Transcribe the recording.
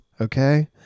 Okay